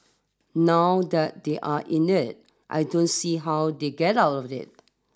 now that they're in it I don't see how they get out of it